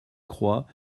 croix